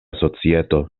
societo